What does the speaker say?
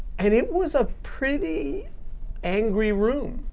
and it was a pretty angry room.